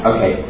Okay